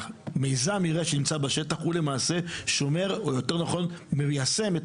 מיזם המרעה שנמצא בשטח למעשה מיישם את